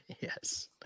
Yes